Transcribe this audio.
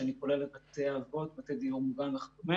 שאני כולל בזה את בתי האבות, בתי דיור מוגן וכו',